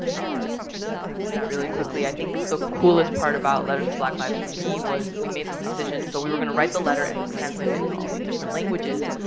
to that really quickly. i think the coolest part about letters for black lives for me was we made the decision, so we were gonna write the letter, and then translate it into all these different languages,